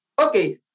okay